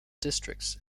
districts